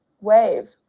wave